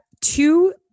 two